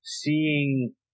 Seeing